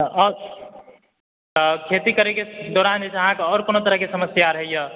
हँ तऽ खेती करयके दौरान जे छै अहाँकेॅं आओर कोनो तरहके समस्या अबैया